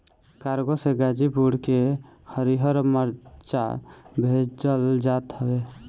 cargo से गाजीपुर के हरिहर मारीचा भेजल जात हवे